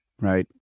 right